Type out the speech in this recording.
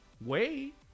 wait